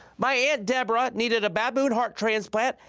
my aunt deborah needed a baboon heart transplant!